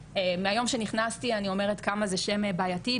שמהיום שנכנסתי אני אומרת כמה שזה שם בעייתי,